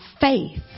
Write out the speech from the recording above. faith